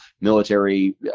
military